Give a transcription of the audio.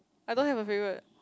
I don't have a favourite